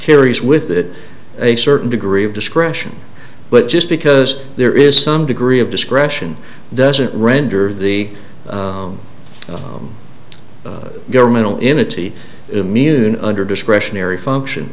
carries with it a certain degree of discretion but just because there is some degree of discretion doesn't render the governmental entity immune under discretionary function